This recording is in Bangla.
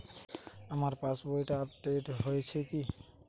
আমার পাশবইটা আপডেট হয়েছে কি?